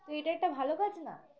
তো এটা একটা ভালো কাজ না